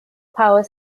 power